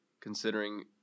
Considering